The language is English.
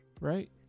right